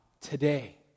today